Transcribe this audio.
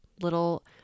little